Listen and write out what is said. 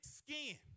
skin